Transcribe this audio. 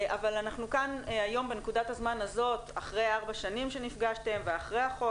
אבל אנחנו כאן היום בנקודת הזמן הזאת אחרי ארבע שנים שנפגשתם ואחרי החוק